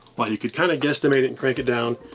but you could kind of guesstimate it and crank it down.